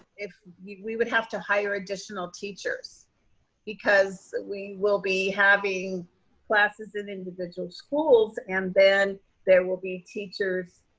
if we would have to hire additional teachers because we will be having classes in individual schools and then there will be teachers,